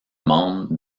membres